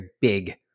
big